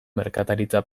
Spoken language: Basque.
merkataritza